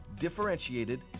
Differentiated